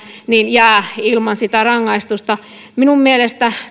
jää ilman sitä rangaistusta niin minun mielestäni